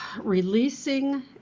releasing